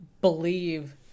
believe